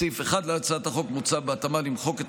בסעיף 1 להצעת החוק מוצע בהתאמה למחוק את